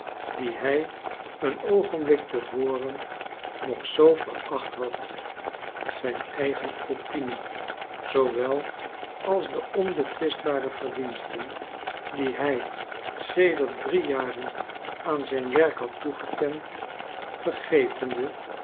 die hij een oogenblik te voren nog zoo veracht had zijn eigen opinie zoowel als de onbetwistbare verdiensten die hij sedert drie jaren aan zijn werk had toegekend vergetende